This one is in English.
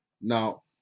Now